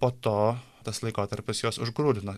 po to tas laikotarpis juos užgrūdino